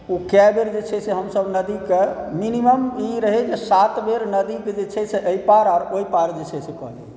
ओ कएक बेर जे छै से हमसब नदीके मिनिमम ई रहै जे सात बेर नदीके जे छै से एहिपार आओर ओहिपार जे छै से कऽ लिअ